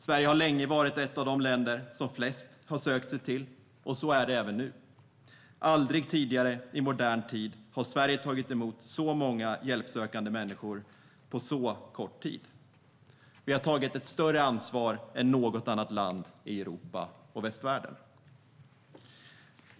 Sverige har länge varit ett av de länder som de flesta har sökt sig till, och så är det även nu. Aldrig tidigare i modern tid har Sverige tagit emot så många hjälpsökande människor på så kort tid. Vi har tagit ett större ansvar än något annat land i Europa och västvärlden.